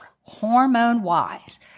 Hormone-wise